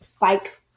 like-